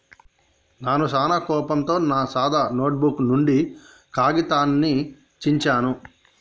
నాను సానా కోపంతో నా సాదా నోటుబుక్ నుండి కాగితాన్ని చించాను